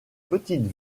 petite